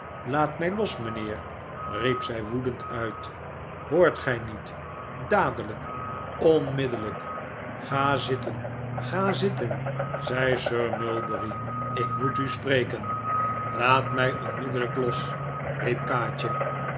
laat mij los mijnheer riep zij woedend uit hoort gij niet dadelijk onmiddellijk ga zitten ga zitten zei sir mulberry ik moet u spreken laat mij oogenblikkelijk los riep kaatje